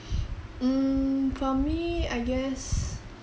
mm for me I guess